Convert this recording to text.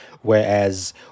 whereas